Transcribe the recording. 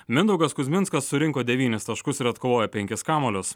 mindaugas kuzminskas surinko devynis taškus ir atkovojo penkis kamuolius